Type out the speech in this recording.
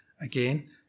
Again